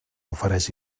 ofereix